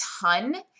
ton